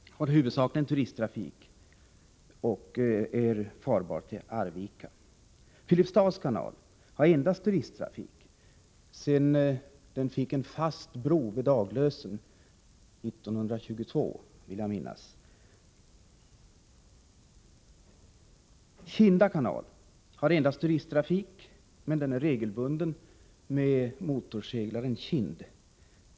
Där finns fortfarande regional turisttrafik men ingen kommersiell trafik. Kinda kanal har endast turisttrafik, men den är regelbunden med motorseglaren Kind.